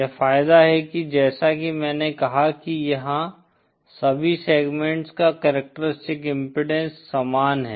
यह फायदा है कि जैसा कि मैंने कहा कि यहां सभी सेग्मेंट्स का कॅरक्टरिस्टीक्स इम्पीडेन्स समान है